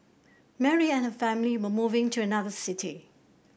Mary and her family were moving to another city